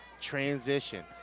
transition